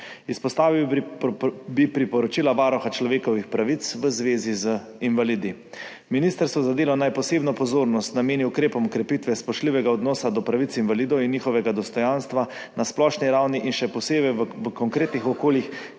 Izpostavil bi priporočila Varuha človekovih pravic v zvezi z invalidi. Ministrstvo za delo naj posebno pozornost nameni ukrepom krepitve spoštljivega odnosa do pravic invalidov in njihovega dostojanstva na splošni ravni in še posebej v konkretnih okoljih,